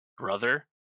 brother